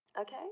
Okay